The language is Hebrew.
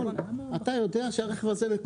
אתה יודע שהרכב הזה מקורי.